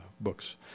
books